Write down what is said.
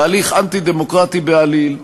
בהליך אנטי-דמוקרטי בעליל,